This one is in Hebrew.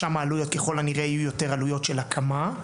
שם העלויות ככל הנראה יהיו יותר עלויות של הקמה.